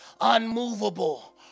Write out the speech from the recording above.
unmovable